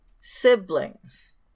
siblings